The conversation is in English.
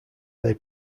they